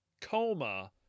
coma